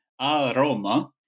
aroma